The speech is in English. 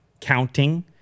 counting